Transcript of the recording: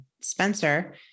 Spencer